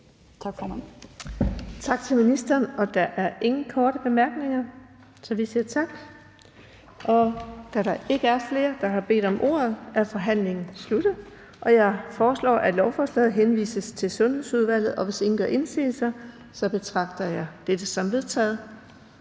Tak til ministeren. Der er ingen korte bemærkninger, så vi siger tak. Da der ikke er flere, der har bedt om ordet, er forhandlingen sluttet. Jeg foreslår, at lovforslaget henvises til Skatteudvalget. Hvis ingen gør indsigelse, betragter jeg dette som vedtaget.